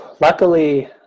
Luckily